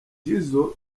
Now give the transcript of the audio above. jizzo